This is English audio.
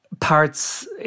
parts